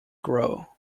grow